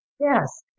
Yes